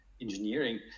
engineering